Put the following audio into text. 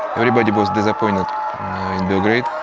everybody was disappointed in belgrade,